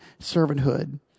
servanthood